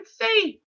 see